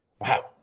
Wow